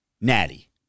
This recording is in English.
natty